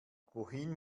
wohin